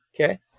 Okay